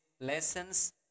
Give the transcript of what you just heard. lessons